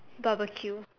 barbecue